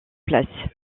place